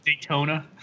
Daytona